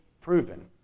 proven